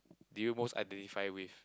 do you most identify with